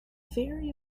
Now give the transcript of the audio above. very